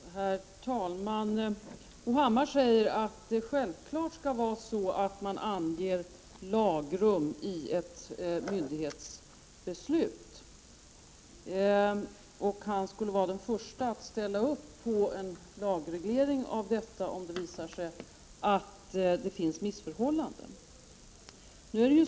Herr talman! Bo Hammar säger att det självklart skall vara så att man anger lagrum i ett myndighetsbeslut och att han skulle vara den förste att ställa upp på en lagreglering av detta, om det visar sig att det finns missförhållanden.